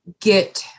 get